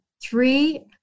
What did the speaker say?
three